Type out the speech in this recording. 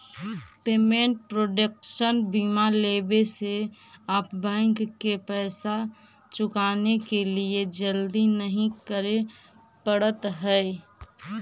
payment protection बीमा लेवे से आप बैंक के पैसा चुकाने के लिए जल्दी नहीं करे पड़त हई